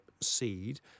Seed